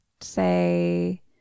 say